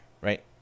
right